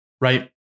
Right